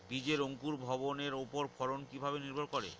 বীজের অঙ্কুর ভবনের ওপর ফলন কিভাবে নির্ভর করে?